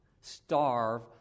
starve